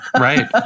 right